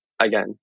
again